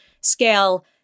scale